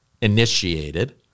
initiated